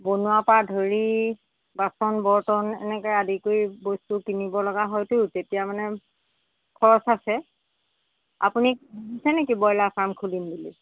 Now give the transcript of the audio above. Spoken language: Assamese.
বনোৱাৰপৰা ধৰি বাচন বৰ্তন এনেকৈ আদি কৰি বস্তু কিনিব লগা হয়তো তেতিয়া মানে খৰচ আছে আপুনি ভাবিছে নেকি ব্ৰইলাৰ ফাৰ্ম খুলিম বুলি